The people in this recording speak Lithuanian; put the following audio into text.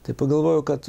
tai pagalvojau kad